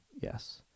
Yes